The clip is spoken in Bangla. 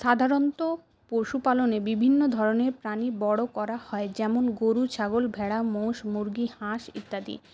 সাধারণত পশুপালনে বিভিন্ন ধরণের প্রাণী বড়ো করা হয় যেমন গরু ছাগল ভেড়া মোষ মুরগী হাঁস ইত্যাদি